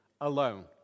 alone